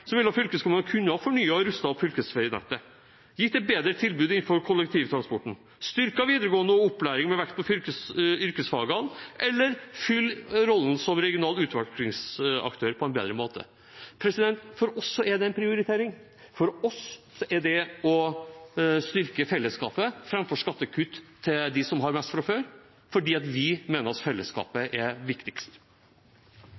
ville fylkeskommunene kunne fornyet og rustet opp fylkesveinettet, gitt et bedre tilbud innenfor kollektivtransporten, styrket videregående opplæring med vekt på yrkesfagene eller fylt rollen som regional utviklingsaktør på en bedre måte. For oss er det en prioritering å styrke fellesskapet framfor skattekutt til dem som har mest fra før, fordi vi mener at fellesskapet